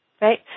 Right